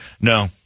No